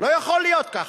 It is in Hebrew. לא יכול להיות ככה.